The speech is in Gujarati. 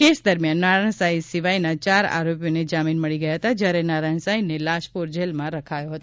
કેસ દરમિયાન નારાયણ સાંઈ સિવાયના ચાર આરોપીને જામીન મળી ગયા હતા જ્યારે નારાયણ સાંઈને લાજપોર જેલમાં રખાયો હતો